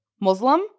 Muslim